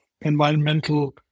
environmental